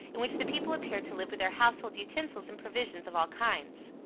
in which the people appeared to live with their household utensils and provisions of all kinds.